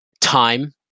time